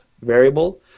variable